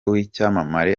wicyamamare